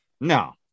No